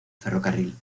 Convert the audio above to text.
ferrocarril